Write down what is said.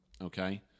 Okay